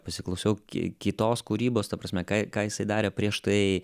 pasiklausiau kie kitos kūrybos ta prasme ką ką jisai darė prieš tai